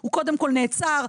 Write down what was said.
הוא קודם כול נעצר,